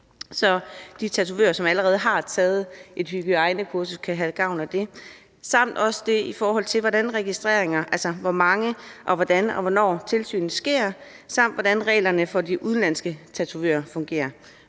at de tatovører, der allerede har taget et hygiejnekursus, kan have gavn af det. Vi vil også stille spørgsmål i forhold til registreringer, altså hvor mange der skal være, og hvordan og hvornår tilsynet sker, samt hvordan reglerne for de udenlandske tatovører fungerer.